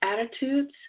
attitudes